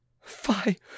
Fie